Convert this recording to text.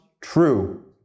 true